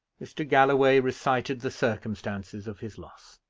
mr. galloway recited the circumstances of his loss.